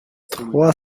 trois